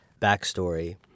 backstory